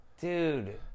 dude